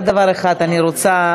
רק דבר אחד אני רוצה,